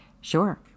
Sure